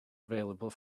available